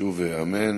שוב, אמן.